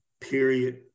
period